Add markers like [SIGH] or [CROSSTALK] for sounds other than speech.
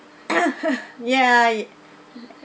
[COUGHS] ya it